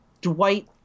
Dwight